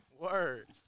Word